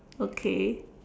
okay